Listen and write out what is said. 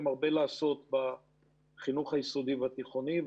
הרבה לעשות בחינוך היסודי והתיכוני.